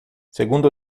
segundo